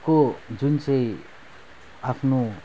को जुन चाहिँ आफ्नो